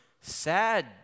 sad